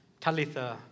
Talitha